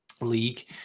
League